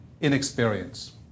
inexperience